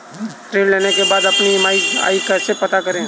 ऋण लेने के बाद अपनी ई.एम.आई कैसे पता करें?